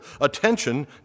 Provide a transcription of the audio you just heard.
attention